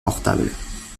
portables